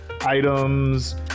items